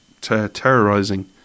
terrorizing